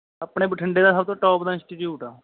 ਆਪਣੇ ਬਠਿੰਡੇ ਦਾ ਸਭ ਤੋਂ ਟੋਪ ਦਾ ਇੰਸਟੀਚਿਊਟ ਹੈ